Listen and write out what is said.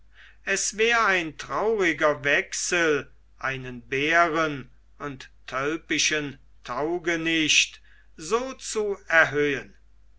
es wär ein trauriger wechsel einen bären und tölpischen taugenicht so zu erhöhen